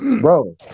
Bro